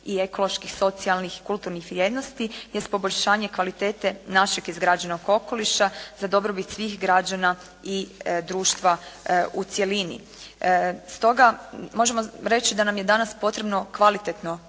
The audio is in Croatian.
i ekoloških, socijalnih i kulturnih vrijednosti jest poboljšanje kvalitete našeg izgrađenog okoliša za dobrobit svih građana i društva u cjelini. Stoga možemo reći da nam je danas potrebno kvalitetno